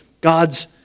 God's